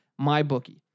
MyBookie